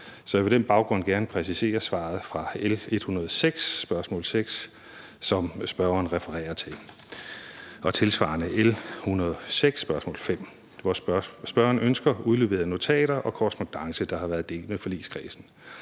Så jeg vil på den baggrund gerne præcisere svaret fra L 106, spørgsmål 6, som spørgeren refererer til, og tilsvarende L 106, spørgsmål 5, hvor spørgeren ønsker udleveret notater og korrespondance, der har været delt med forligskredsen.